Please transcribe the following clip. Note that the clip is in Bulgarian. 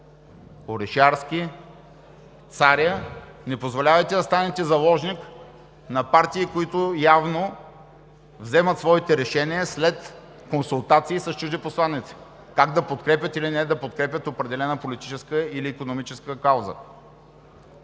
се осланяте, не позволявайте да станете заложник на партии, които явно вземат своите решения след консултации с чужди посланици как да подкрепят или да не подкрепят определена политическа или икономическа кауза!